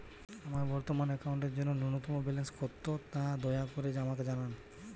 আমার বর্তমান অ্যাকাউন্টের জন্য ন্যূনতম ব্যালেন্স কত তা দয়া করে আমাকে জানান